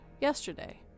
Yesterday